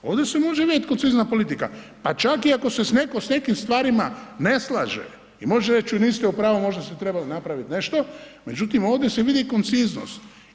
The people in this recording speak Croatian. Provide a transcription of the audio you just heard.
Ovdje se može vidjeti koncizna politika pa čak i ako se netko s nekim stvarima ne slaže i može reći čuj niste u pravu možda ste trebali napraviti nešto, međutim ovdje se vidi konciznost.